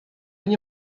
nie